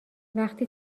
وقتی